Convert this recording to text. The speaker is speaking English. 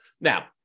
Now